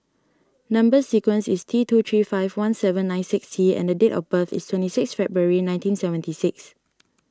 Number Sequence is T two three five one seven nine six T and the date of birth is twenty six February nineteen seventy six